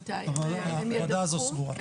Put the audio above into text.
הוועדה הזו סגורה.